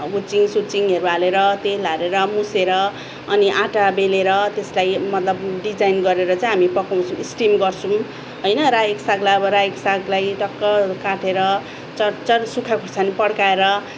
हुचिङ सुचिङहरू हालेर तेल हालेर मुसेर अनि आँटा बेलेर त्यसलाई मतलब डिजाइन गरेर चै हामी पकाउँछौँ स्टिम गर्छौँ होइन रायोको सागलाई अब रायोको सागलाई टक्क काटेर चरचर सुक्का खोर्सानी पड्काएर